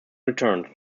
returns